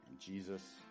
Jesus